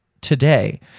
today